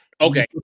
Okay